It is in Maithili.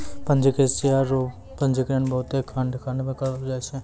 पंजीकृत शेयर रो पंजीकरण बहुते खंड खंड मे करलो जाय छै